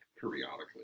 periodically